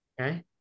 okay